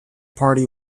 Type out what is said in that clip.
party